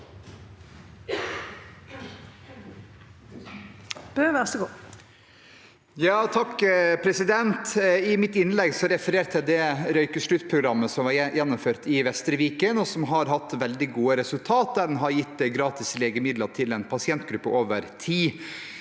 (H) I mitt innlegg re- fererte jeg til det røykesluttprogrammet som ble gjennomført i Vestre Viken, og som har hatt veldig gode resultater. En har gitt gratis legemidler til en pasientgruppe over tid.